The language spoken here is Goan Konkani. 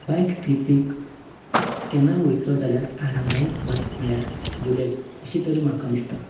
बायक ट्रिपीक केन्नाय वयतलो जाल्यार आरामदायक बायक म्हणल्यार बुलेट अशें तरी म्हाका दिसता